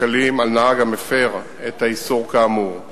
שקלים על נהג המפר את האיסור האמור.